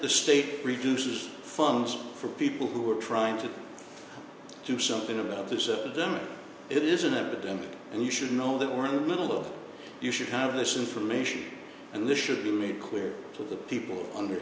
the state reduces funds for people who are trying to do something about this epidemic it isn't evident and you should know that we're in the middle of you should have this information and this should be made clear to the people under